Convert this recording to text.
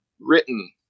written